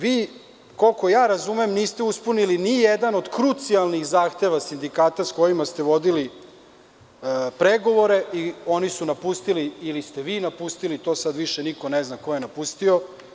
Vi, koliko ja razumem, niste ispunili ni jedan od krucijalnih zahteva sindikata sa kojima ste vodili pregovore i oni su napustili ili ste vi napustili, to sad više niko ne zna ko je napustio.